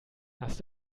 hast